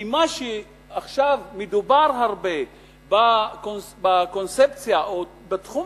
כי מה שעכשיו מדובר עליו הרבה בקונספציה או בתחום